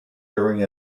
during